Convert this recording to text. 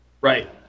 Right